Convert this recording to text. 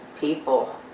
people